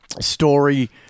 story